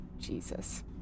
Jesus